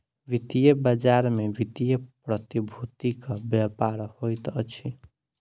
वित्तीय बजार में वित्तीय प्रतिभूतिक व्यापार होइत अछि